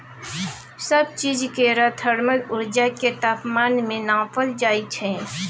सब चीज केर थर्मल उर्जा केँ तापमान मे नाँपल जाइ छै